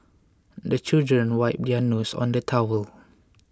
the children wipe their noses on the towel